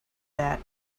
that